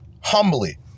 humbly